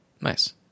Nice